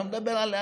אני לא מדבר על,